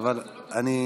אבל אמרתי, זה לא תקציבי.